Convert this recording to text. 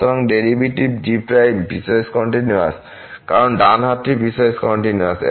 সুতরাং derivative g piecewise continuous কারণ ডান হাতটি পিসওয়াইস কন্টিনিউয়াস